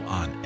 on